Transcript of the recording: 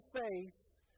face